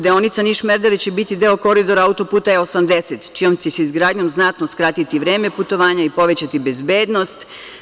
Deonica Niš–Merdare će biti deo Koridora auto-puta E80, čijom će se izgradnjom znatno skratiti vreme putovanje i povećati bezbednost.